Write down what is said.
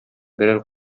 берәр